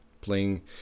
playing